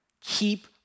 keep